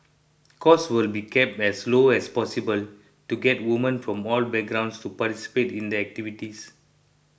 cost will be kept as low as possible to get women from all backgrounds to participate in the activities